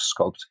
sculpt